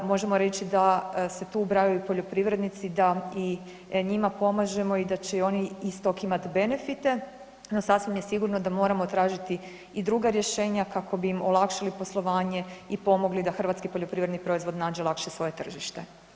Možemo reći da se tu ubrajaju i poljoprivrednici da i njima pomažemo i da će oni iz toga imati benefite no sasvim je sigurno da moramo tražiti i druga rješenja kako bi im olakšali poslovanje i pomogli da hrvatski poljoprivredni proizvod nađe lakše svoje tržište.